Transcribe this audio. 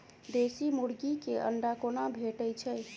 देसी मुर्गी केँ अंडा कोना भेटय छै?